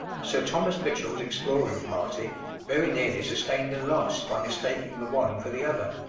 sir thomas mitchell's exploring party very nearly sustained a loss by mistaking the one for the other.